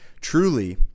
Truly